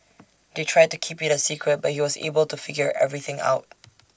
they tried to keep IT A secret but he was able to figure everything out